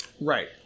Right